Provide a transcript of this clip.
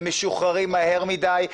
הם משוחררים מדי?